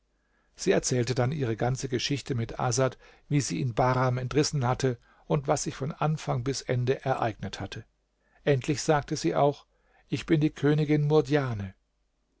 sie erzählte dann ihre ganze geschichte mit asad wie sie ihn bahram entrissen hatte und was sich von anfang bis zu ende ereignet hatte endlich sagte sie auch ich bin die königin